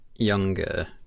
younger